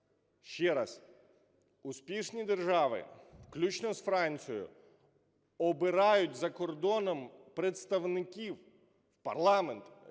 Ще раз, успішні держави, включно з Францією, обирають за кордоном представників в парламент.